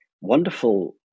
wonderful